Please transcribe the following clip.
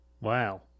Wow